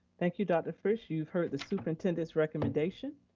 thank you, dr. fritz. you've heard the superintendent's recommendation.